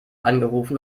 angerufen